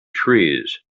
trees